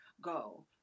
go